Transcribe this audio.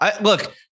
Look